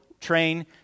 train